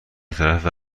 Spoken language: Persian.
طرفه